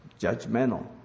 judgmental